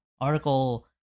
article